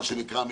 מה שנקרא,